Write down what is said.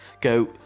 go